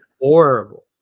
horrible